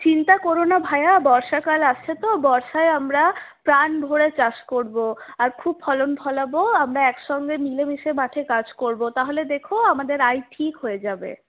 চিন্তা করো না ভায়া বর্ষাকাল আসছে তো বর্ষায় আমরা প্রাণভরে চাষ করবো আর খুব ফলন ফলাবো আমরা একসঙ্গে মিলেমিশে মাঠে কাজ করবো তাহলে দেখো আমাদের আয় ঠিক হয়ে যাবে